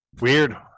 Weird